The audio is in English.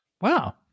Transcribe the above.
wow